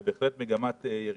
ובהחלט רואים שם מגמת ירידה.